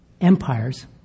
Empires